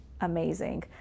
amazing